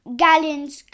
gallons